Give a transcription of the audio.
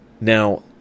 Now